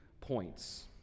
points